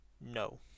No